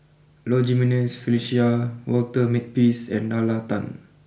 Low Jimenez Felicia Walter Makepeace and Nalla Tan